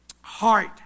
heart